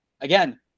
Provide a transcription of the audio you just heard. Again